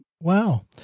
Wow